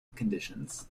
conditions